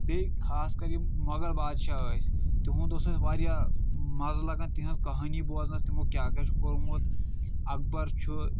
بیٚیہِ خاص کَر یِم مۄگل بادشاہ ٲسۍ تِہُنٛد اوس اَسہِ واریاہ مَزٕ لگان تِہنٛز کہانی بوزنَس تِمو کیٚاہ کیٚاہ چُھ کوٚرمُت اکبر چُھ